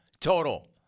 total